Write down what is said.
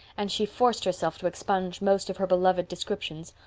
and she forced herself to expunge most of her beloved descriptions,